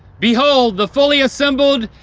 behold, the fully assembled.